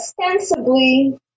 ostensibly